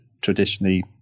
traditionally